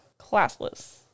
Classless